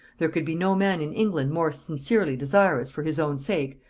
there could be no man in england more sincerely desirous, for his own sake,